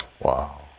wow